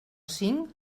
cinc